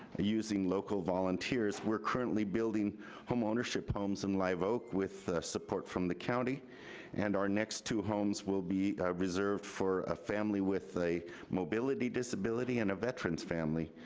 using local volunteers, we're currently building home ownership homes in live oak with support from the county and our next two homes will be reserved for a family with a mobility disability and a veteran's family.